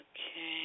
Okay